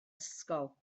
ysgol